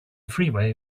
freeway